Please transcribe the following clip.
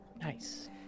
Nice